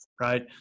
right